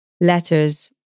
letters